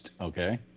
Okay